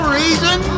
reason